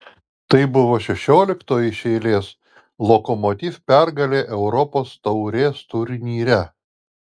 tai buvo šešioliktoji iš eilės lokomotiv pergalė europos taurės turnyre